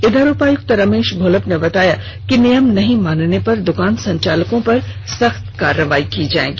इधर उपायुक्त रमेश घोलप ने बताया कि नियम को नहीं मानने पर दुकान संचालक पर सख्त कार्रवाई की जाएगी